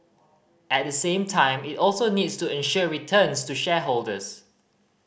at the same time it also needs to ensure returns to shareholders